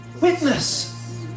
Witness